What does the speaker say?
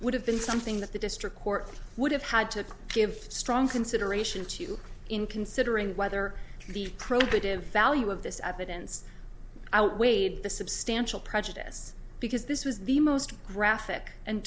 would have been something that the district court would have had to give strong consideration to in considering whether the probative value of this evidence outweighed the substantial prejudice because this was the most graphic and